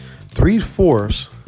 three-fourths